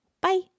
Bye